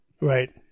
Right